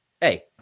hey